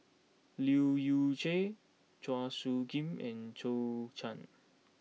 Leu Yew Chye Chua Soo Khim and Zhou Can